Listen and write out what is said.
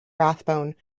rathbone